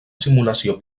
simulació